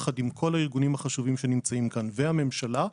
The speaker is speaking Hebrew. יחד עם כל הארגונים החשובים שנמצאים כאן והממשלה,